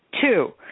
Two